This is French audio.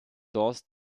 dense